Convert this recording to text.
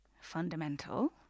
fundamental